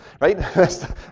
Right